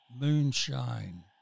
Moonshine